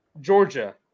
Georgia